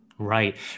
Right